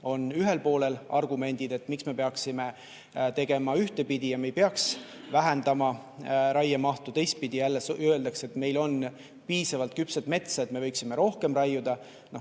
on ühel poolel argumendid, miks me peaksime tegema ühtepidi ja me ei peaks vähendama raiemahtu, teistpidi jälle öeldakse, et meil on piisavalt küpset metsa, et me võiksime rohkem raiuda.